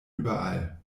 überall